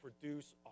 produce